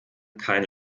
keine